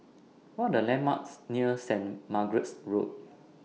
What Are The landmarks near Saint Margaret's Road